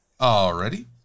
Already